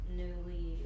newly